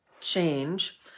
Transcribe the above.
change